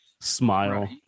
smile